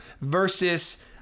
versus